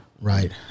Right